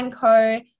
Co